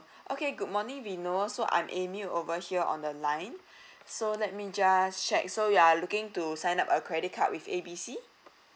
okay good morning vinod so I'm amy over here on the line so let me just check so you are looking to sign up a credit card with A B C